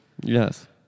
Yes